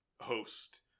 host